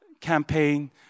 campaign